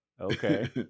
Okay